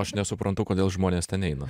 aš nesuprantu kodėl žmonės ten eina